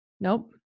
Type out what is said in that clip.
Nope